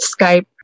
skype